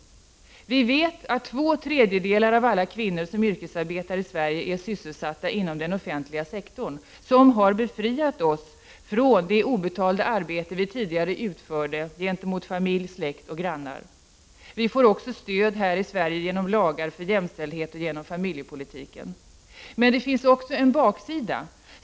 Vi vet att två tredjedelar av alla kvinnor som yrkesarbetar i Sverige är sysselsatta inom den offentliga sektorn, som har befriat oss från det obetalda arbete som vi tidigare utförde gentemot familj, släkt och grannar. Vi får också stöd i Sverige genom lagar för jämställdhet och genom familjepolitiken. Det finns dock också en baksida.